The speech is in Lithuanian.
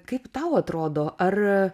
kaip tau atrodo ar